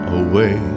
away